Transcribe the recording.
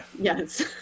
Yes